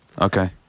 Okay